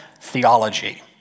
theology